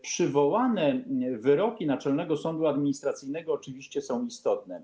Przywołane wyroki Naczelnego Sądu Administracyjnego oczywiście są istotne.